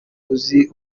uzi